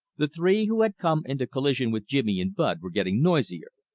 the three who had come into collision with jimmy and bud were getting noisier.